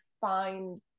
find